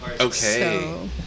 Okay